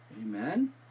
Amen